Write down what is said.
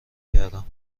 کردم